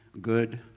good